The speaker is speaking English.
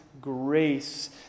grace